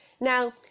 Now